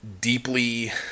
deeply